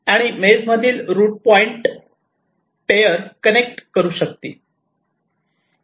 आणि मेझ मधील route point pair connect करू शकतील